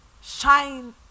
Shine